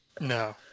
No